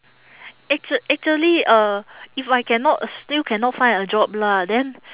actual~ actually uh if I cannot still cannot find a job lah then